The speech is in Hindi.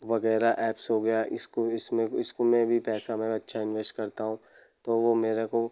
वगैरह ऐप्स हो गया इसको इसमें इसको मैं भी पैसा में अच्छा इन्वेस करता हूँ तो वह मेरे को